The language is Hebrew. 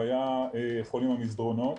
והיו חולים במסדרונות,